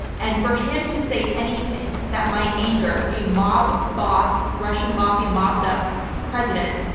and for him to say anything that might anger a mob boss, russian mafia, mobbed-up president,